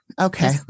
Okay